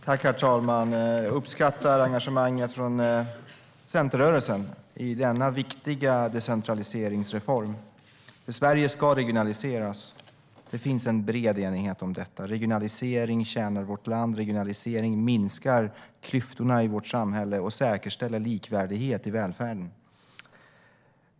Herr talman! Jag uppskattar engagemanget från centerrörelsen i denna viktiga decentraliseringsreform. Sverige ska regionaliseras. Det finns en bred enighet om detta. Regionalisering tjänar vårt land. Regionalisering minskar klyftorna i vårt samhälle och säkerställer likvärdighet i välfärden.